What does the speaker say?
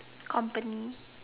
company